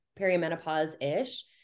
perimenopause-ish